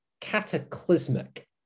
cataclysmic